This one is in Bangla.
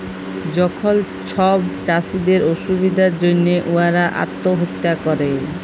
যখল ছব চাষীদের অসুবিধার জ্যনহে উয়ারা আত্যহত্যা ক্যরে